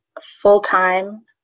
full-time